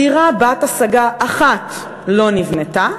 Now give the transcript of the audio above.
דירה בת-השגה אחת לא נבנתה,